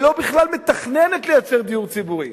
ובכלל לא מתכננת לייצר דיור ציבורי?